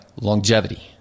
longevity